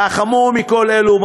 והחמור מכל אלו,